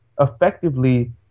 effectively